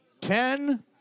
ten